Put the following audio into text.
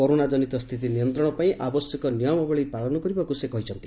କରୋନାଜନିତ ସ୍ଥିତି ନିୟନ୍ତଶ ପାଇଁ ଆବଶ୍ୟକ ନିୟମାବଳୀ ପାଳନ କରିବାକୁ ସେ କହିଛନ୍ତି